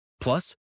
Plus